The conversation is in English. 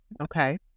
Okay